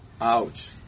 Ouch